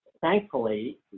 thankfully